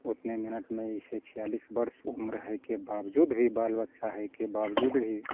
ओतने मिनटमे जे छै छिआलिस बर्ष उम्र होइके बावजूद भी बाल बच्चा हइके बावजूद भी